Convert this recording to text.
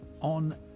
on